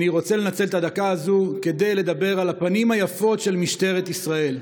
אני רוצה לנצל את הדקה הזאת כדי לדבר על הפנים היפות של משטרת ישראל.